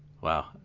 Wow